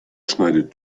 schneidet